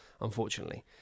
unfortunately